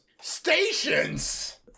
Stations